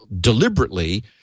deliberately